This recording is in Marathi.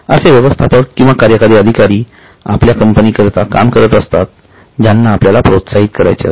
असे व्यवस्थापक किंवा कार्यकारी अधिकारी आपल्या कंपनी करीता काम करत असतात ज्यांना आपल्याला प्रोत्साहित करायचे असते